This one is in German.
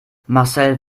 marcel